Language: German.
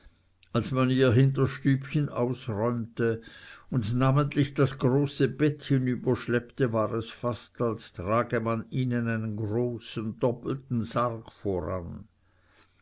als man ihr hinterstübchen ausräumte und namentlich das große bett hinüberschleppte war es fast als trage man ihnen einen großen doppelten sarg voran